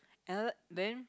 another then